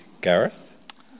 Gareth